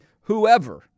whoever